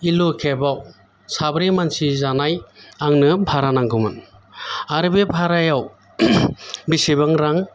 L' खेबआव साब्रै मानसि जानाय आंनो भारा नांगौमोन आरो बे भारायाव बेसेबां रां